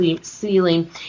ceiling